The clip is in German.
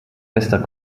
bester